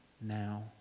now